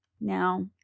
Now